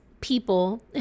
people